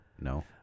no